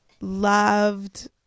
loved